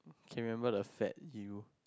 can remember the fat yield